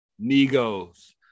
Negos